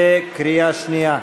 בקריאה שנייה.